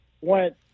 went